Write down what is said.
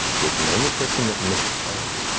you're the only person that missed by one.